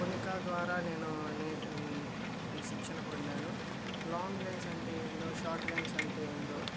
Konica ద్వారా నేను నే ఈ శిక్షణ పొందాను లాంగ్ లెన్స్ అంటే ఏందో షార్ట్ లెన్స్ అంటే ఏందో